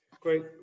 Great